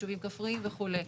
ישובים כפריים וכולי,